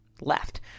left